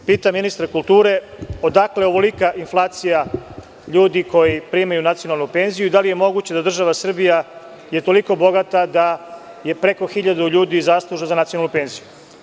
Pitam ministra kulture - odakle ovolika inflacija ljudi koji primaju nacionalnu penziju i da li je moguće da je država Srbija toliko bogata da je preko 1000 ljudi zaslužno za nacionalnu penziju?